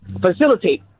Facilitate